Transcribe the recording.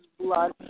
blood